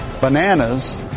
bananas